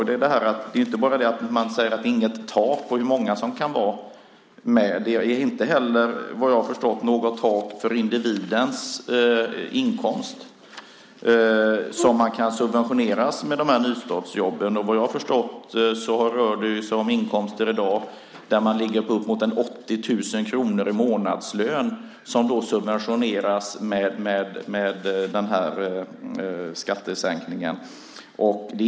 Det är inte bara detta att det inte finns något tak för hur många som kan vara med. Det finns inte heller något tak, vad jag förstår, för individens inkomst som kan subventioneras med nystartsjobben. Vad jag förstått rör det sig om inkomster som ligger kring 80 000 kronor i månadslön och som subventioneras med den här skattesänkningen.